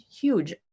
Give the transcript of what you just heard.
huge